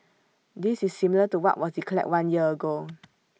this is similar to what was declared one year ago